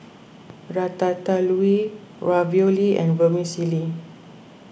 Ratatouille Ravioli and Vermicelli